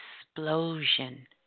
explosion